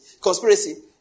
conspiracy